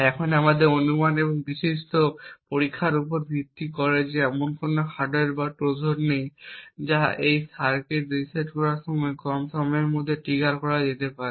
এখন আমাদের অনুমান এবং বিস্তৃত পরীক্ষার উপর ভিত্তি করে যে এমন কোন হার্ডওয়্যার ট্রোজান নেই যা এই সার্কিট রিসেট করার সময় থেকে কম সময়ের সাথে ট্রিগার করা যেতে পারে